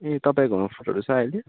ए तपाईँकोमा फ्रुटहरू छ अहिले